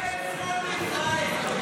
אין שמאל בישראל.